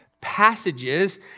passages